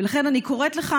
ולכן אני קוראת לך,